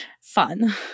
fun